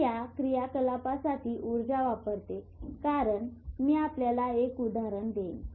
हे या क्रियाकलापासाठी ऊर्जा वापरते कारण मी आपल्याला एक उदाहरण देईन